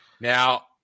Now